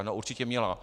No určitě měla.